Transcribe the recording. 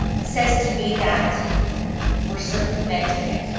says to me that we're circumventing it,